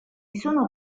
sono